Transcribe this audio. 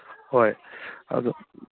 ꯍꯣꯏ ꯑꯗꯨ